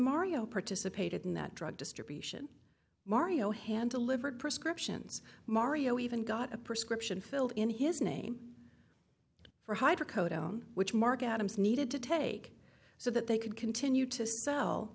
mario participated in that drug distribution mario hand delivered prescriptions mario even got a prescription filled in his name for hydrocodone which marc adams needed to take so that they could continue to sell